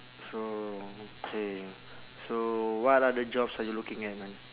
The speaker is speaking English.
so okay so what other jobs are you looking at man